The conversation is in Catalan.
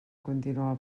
continuar